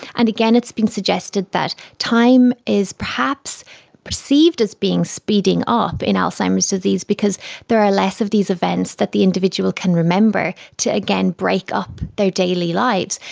and again, it's been suggested that time is perhaps perceived as being speeding up in alzheimer's disease because there are less of these events that the individual can remember to, again, break up their daily lives.